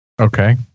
Okay